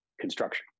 construction